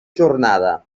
jornada